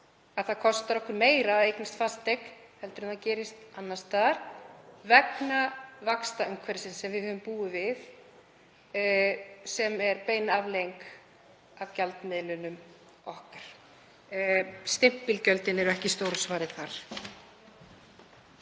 að það kostar okkur meira að eignast fasteign en gerist annars staðar vegna vaxtaumhverfisins sem við höfum búið við, sem er bein afleiðing af gjaldmiðlinum okkar. Stimpilgjöldin eru ekki stóra svarið þar.